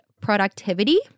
productivity